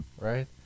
right